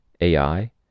AI